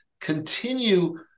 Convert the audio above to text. Continue